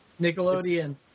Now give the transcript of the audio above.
Nickelodeon